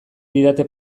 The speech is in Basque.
didate